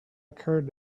occurred